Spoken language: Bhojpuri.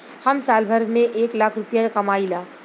हम साल भर में एक लाख रूपया कमाई ला